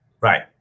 Right